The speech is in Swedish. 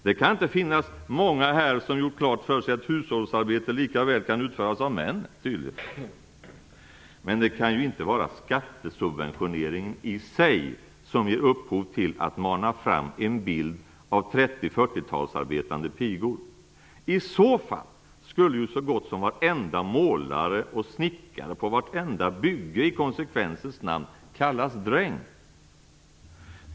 Det kan inte finnas många här som gjort klart för sig att hushållsarbete lika väl kan utföras av män. Det kan väl inte vara skattesubventioneringen i sig som gör att man manar fram en bild av 30 och 40-talens pigor. I så fall skulle så gott som varenda målare och snickare på vartenda bygge i konsekvensens namn kallas dräng.